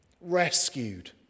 rescued